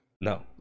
no